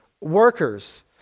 workers